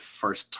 First